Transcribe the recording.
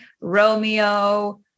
romeo